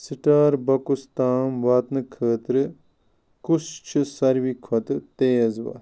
star بۄکُس تام واتنہٕ خٲطرٕ کُس چھِ ساروٕے کھۄتہٕ تیز وَتھ